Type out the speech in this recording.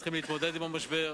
צריכים להתמודד עם המשבר.